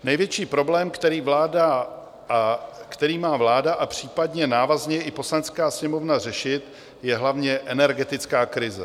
Největší problém, který má vláda a případně návazně i Poslanecká sněmovna řešit, je hlavně energetická krize.